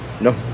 No